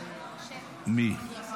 מי?